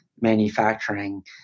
manufacturing